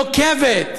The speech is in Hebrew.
נוקבת,